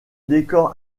décor